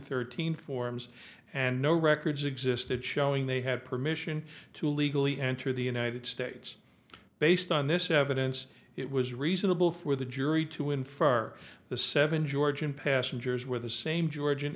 thirteen forms and no records existed showing they had permission to illegally enter the united states based on this evidence it was reasonable for the jury to infer the seven georgian passengers were the same georgian